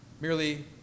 merely